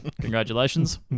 congratulations